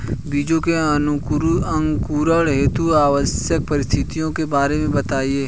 बीजों के अंकुरण हेतु आवश्यक परिस्थितियों के बारे में बताइए